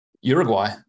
Uruguay